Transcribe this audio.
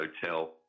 Hotel